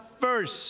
first